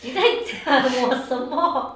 你在讲我什么